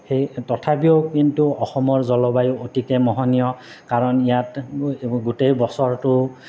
সেই তথাপিও কিন্তু অসমৰ জলবায়ু অতিকৈ মোহনীয়া কাৰণ ইয়াত গোটেই বছৰটো